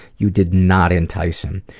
you did not entice him.